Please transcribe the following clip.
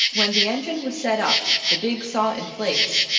when the engine was set up, the big saw in place,